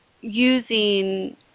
using